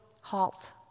halt